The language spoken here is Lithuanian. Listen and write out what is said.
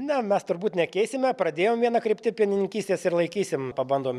ne mes turbūt nekeisime pradėjom vieną kryptį pienininkystės ir laikysim pabandom